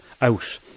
out